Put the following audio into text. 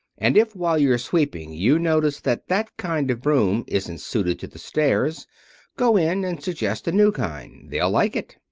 and if, while you're sweeping, you notice that that kind of broom isn't suited to the stairs go in and suggest a new kind. they'll like it.